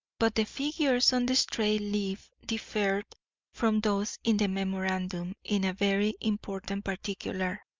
but the figures on the stray leaf differed from those in the memorandum in a very important particular.